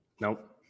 Nope